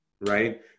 right